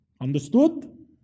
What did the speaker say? Understood